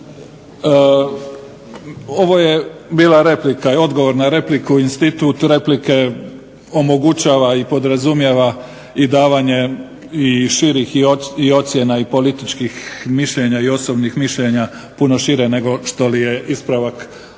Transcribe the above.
Ovo je bila replika i odgovor na repliku i institut replike omogućava i podrazumijeva i davanje širih ocjena i političkih mišljenja i osobnih mišljenja puno šire nego što li je ispravak netočnog